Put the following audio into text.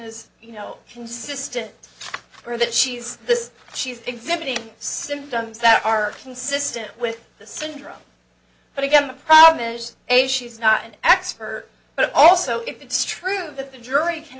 is you know consistent or that she's this she's exhibiting symptoms that are consistent with the syndrome but again the problem is a she's not an expert but also if it's true that the jury can